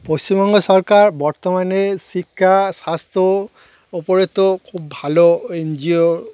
পশ্চিমবঙ্গ সরকার বর্তমানে শিক্ষা স্বাস্থ্যর ওপরে তো খুব ভালো এন জি ও